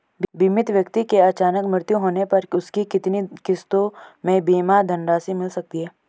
बीमित व्यक्ति के अचानक मृत्यु होने पर उसकी कितनी किश्तों में बीमा धनराशि मिल सकती है?